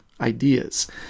ideas